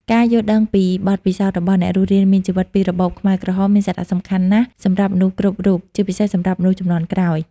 ការយល់ដឹងពីបទពិសោធន៍របស់អ្នករស់រានមានជីវិតពីរបបខ្មែរក្រហមមានសារៈសំខាន់ណាស់សម្រាប់មនុស្សគ្រប់រូប ជាពិសេសសម្រាប់មនុស្សជំនាន់ក្រោយ។